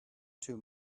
too